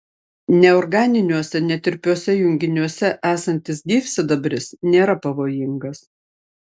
neorganiniuose netirpiuose junginiuose esantis gyvsidabris nėra pavojingas